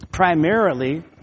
Primarily